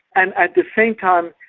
and at the same time,